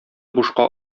бушка